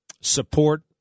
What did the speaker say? support